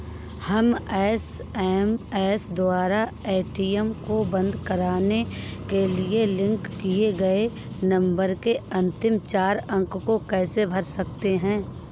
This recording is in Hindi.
हम एस.एम.एस द्वारा ए.टी.एम को बंद करवाने के लिए लिंक किए गए नंबर के अंतिम चार अंक को कैसे भर सकते हैं?